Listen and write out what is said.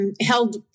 Held